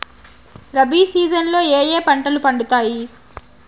rabi season లో ఏ ఏ పంటలు పండుతాయి